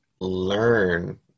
learn